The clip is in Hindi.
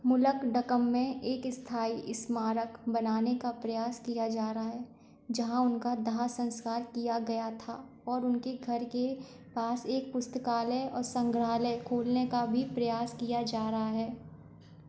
मुलंकडकम में एक स्थायी स्मारक बनाने का प्रयास किया जा रहा है जहाँ उनका दाह संस्कार किया गया था और उनके घर के पास एक पुस्तकालय और संग्रहालय खोलने का भी प्रयास किया जा रहा है